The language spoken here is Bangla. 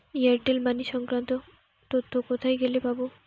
এয়ারটেল মানি সংক্রান্ত তথ্য কোথায় গেলে পাব?